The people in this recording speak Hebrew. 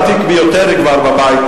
כפרלמנטר ותיק ביותר בבית,